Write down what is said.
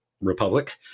Republic